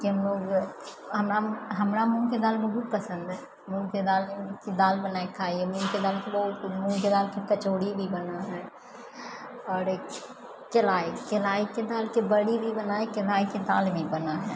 के हमलोग हमरा हमरा मूँगके दालि बहुत पसन्द अइ मूँगके दालिके दालि बनायकेँ खाइ हियै मूँगके दालिके बहुत किछु मूँगके दालिके कचौड़ी भी बनै है आओर केलाय केलायके दालिके बड़ी भी बनै केलायके दालि भी बनै है